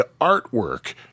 artwork